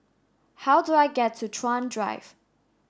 how do I get to Chuan Drive